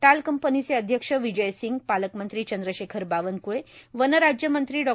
टाल कंपनीचे अध्यक्ष विजय सिंगए पालकमंत्री चंद्रशेखर बावनक्ळेए वन राज्यमंत्री डॉ